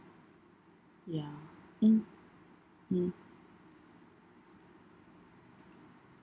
ya mm mm